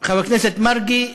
חבר הכנסת מרגי,